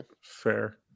Fair